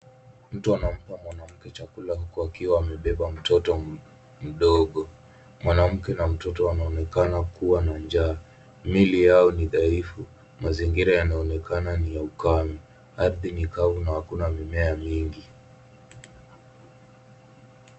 Mtu anampa mwanamke chakula huku akiwa amebeba mtoto mdogo. Mwanamke na mtoto wanaonekana kuwa na njaa. Mili yao dhaifu, mazingira yanaonekana ni ukame. Ardhi ni kavu na hakuna mimea mingi.